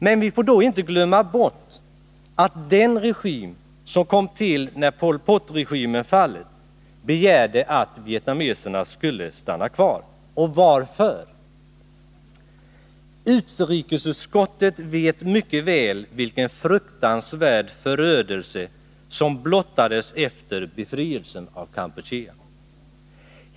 Men vi får då inte glömma bort att den regim som kom till när Pol Pot-regimen fallit begärde att vietnameserna skulle stanna kvar. Varför? Utrikesutskottet vet mycket väl vilken fruktansvärd förödelsesom Nr 35 blottades efter befrielsen.